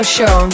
Show